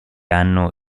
hanno